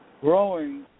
growing